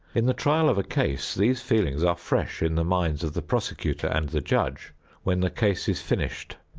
in the trial of a case, these feelings are fresh in the minds of the prosecutor and the judge when the case is finished,